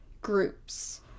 groups